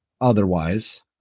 otherwise